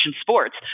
sports